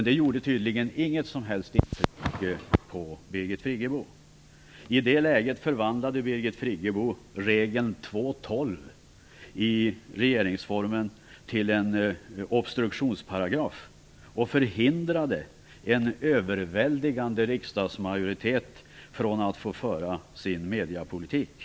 Det gjorde tydligen inget som helst intryck på Birgit Friggebo. I det läget förvandlade hon regeln 2:12 i regeringsformen till en obstruktionsparagraf och förhindrade en överväldigande riksdagsmajoritet från att få föra sin mediepolitik.